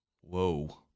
Whoa